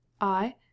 I